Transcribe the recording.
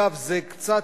ביותר.